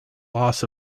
loss